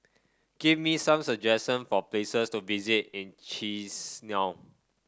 give me some suggestion for places to visit in Chisinau